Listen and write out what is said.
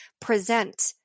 present